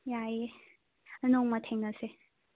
ꯌꯥꯏꯌꯦ ꯅꯣꯡꯃ ꯊꯦꯡꯅꯁꯦ